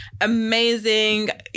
amazing